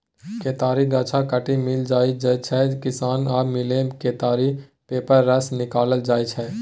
केतारीक गाछ काटि मिल लए जाइ छै किसान आ मिलमे केतारी पेर रस निकालल जाइ छै